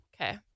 Okay